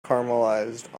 caramelized